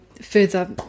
further